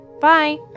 Bye